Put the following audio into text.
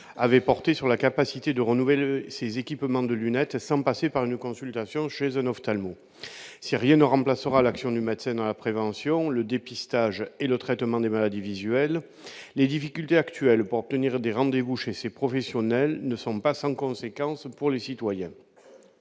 avait porté sur la capacité de renouvelle ses équipements de lunettes sans passer par une consultation chez un ophtalmo, si rien ne remplacera l'action du médecin dans la prévention, le dépistage et le traitement des maladies visuelles, les difficultés actuelles pour obtenir des rendez-vous chez ces professionnels ne sont pas sans conséquences pour les citoyens,